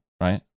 right